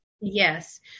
Yes